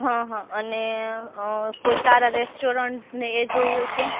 હં હં અને કોઈ સારા રેસ્ટરોરન્ટ ને એ જોવું હોય તો